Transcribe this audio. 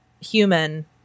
human